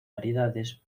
variedades